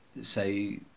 say